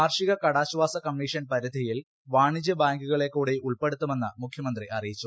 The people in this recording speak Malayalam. കാർഷിക കടാശ്വാസ കമ്മീഷൻ പരിധിയിൽ വാണിജ്യ ബാങ്കുകളുടെകൂടി ഉൾപ്പെടുത്തുമെന്നും മുഖ്യമന്ത്രി അറിയിച്ചു